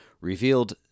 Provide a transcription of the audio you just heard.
revealed